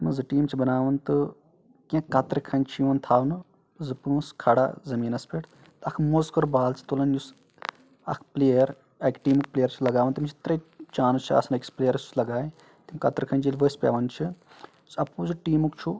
یتھ مَنٛز زٕ ٹیٖم چھِ بَناوان تہٕ کینٛہہ کَترٕ کھنٛج چھِ یِوان تھاونہٕ زٕ پانٛژھ کھڑا زٔمیٖنس پٮ۪ٹھ تہٕ اکھ موزٕ کھوٚر بال چھِ تُلان یُس اکھ پٕلیر اکہِ ٹیٖمُک پٕلیر چھِ لگاوان تٔمِس چھِ ترٛےٚ چانس چھِ آسان أکِس پٕلیر سُہ لگایہِ تِم کترِ کھنج ییٚلہِ ؤسۍ پیٚوان چھُ یُس اپوزِٹ ٹیٖمُک چھُ